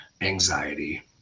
anxiety